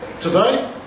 today